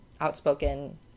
outspoken